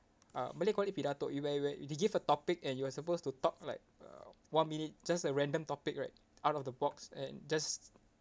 uh malay call it pidato where where they give a topic and you are supposed to talk like uh one minute just a random topic right out of the box and just